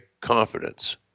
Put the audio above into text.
confidence